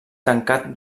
tancat